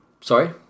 Sorry